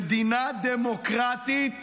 במדינה דמוקרטית